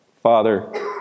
Father